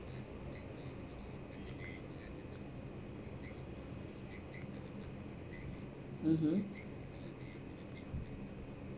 mmhmm